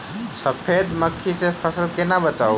सफेद मक्खी सँ फसल केना बचाऊ?